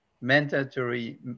mandatory